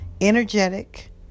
energetic